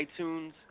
iTunes